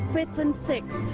fifth, and sixth.